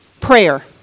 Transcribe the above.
Prayer